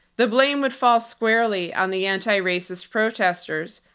the blame would fall squarely on the anti-racist protesters,